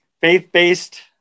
faith-based